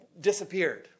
disappeared